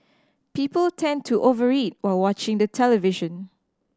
people tend to over eat while watching the television